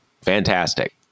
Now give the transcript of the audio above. fantastic